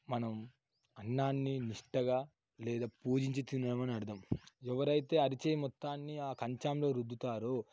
మనం అన్నాన్ని నిష్టగా లేదా పూజించి తిన్నామని అర్థం ఎవరైతే అరచేయి మొత్తాన్ని ఆ కంచంలో రుద్దుతారో